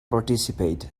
participate